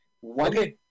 one